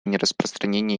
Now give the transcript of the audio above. нераспространении